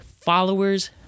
followers